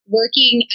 working